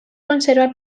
conserva